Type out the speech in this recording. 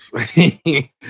Hey